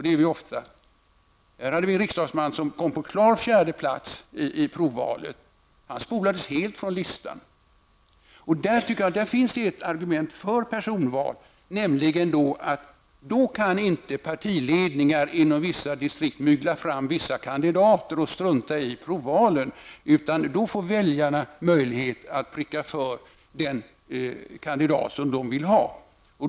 En riksdagsman kom där på fjärde plats i provvalet, men han spolades helt från listan. Det finns ett argument för personval, nämligen att vid personval kan inte partiledningar inom distrikten ta föra fram vissa kandidater och strunta i provvalen. Här får väljarna möjlighet att pricka för den kandidat som de vill ha in i riksdagen.